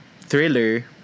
thriller